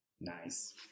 Nice